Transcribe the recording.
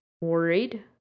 worried